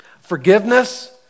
Forgiveness